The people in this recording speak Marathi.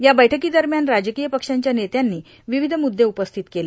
या बैठकी दरम्यान राजक्रीय पक्षांच्या नेत्यांनी विविध मुद्दे उपस्थित केले